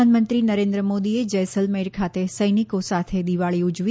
પ્રધાનમંત્રી નરેન્દ્ર મોદીએ જેસલમેર ખાતે સૈનિકો સાથે દિવાળી ઉજવી